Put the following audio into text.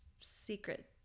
secret